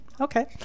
Okay